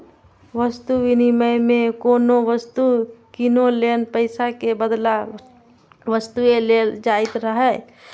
वस्तु विनिमय मे कोनो वस्तु कीनै लेल पैसा के बदला वस्तुए देल जाइत रहै